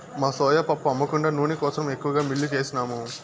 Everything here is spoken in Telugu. మా సోయా పప్పు అమ్మ కుండా నూనె కోసరం ఎక్కువగా మిల్లుకేసినాము